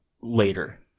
later